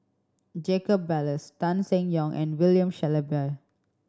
Jacob Ballas Tan Seng Yong and William Shellabear